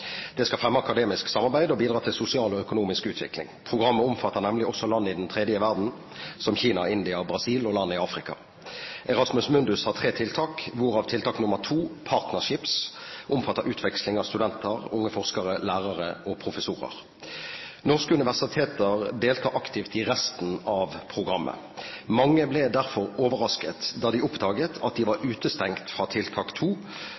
Det skal fremme akademisk samarbeid og bidra til sosial og økonomisk utvikling. Programmet omfatter nemlig også land i den tredje verden, som Kina, India, Brasil og land i Afrika. Erasmus Mundus har tre tiltaksområder, hvorav tiltaksområde 2, partnerships, omfatter utveksling av studenter, unge forskere, lærere og professorer. Norske universiteter deltar aktivt i resten av programmet. Mange ble derfor overrasket da de oppdaget at de var